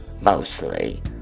mostly